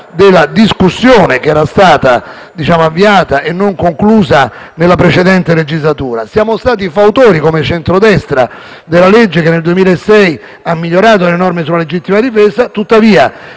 della discussione che era stata avviata e non conclusa nella precedente. Siamo stati i fautori, come centrodestra, della legge che nel 2006 ha migliorato le norme sulla legittima difesa. Tuttavia,